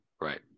right